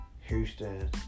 Houston